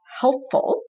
helpful